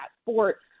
sport